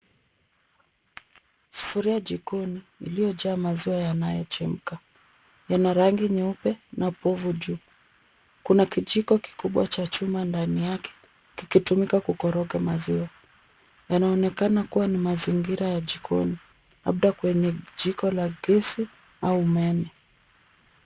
Sufuria jikoni iliyojaa maziwa yanoyochemka. Yana rangi nyeupe na povu juu. Kuna kijiko kikubwa cha chuma ndani yake kikitumika kukoroga maziwa. Yanaonekana kuwa ni mazingira ya jikoni labda kwenye jiko la gesi au umeme.